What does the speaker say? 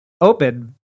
open